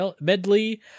medley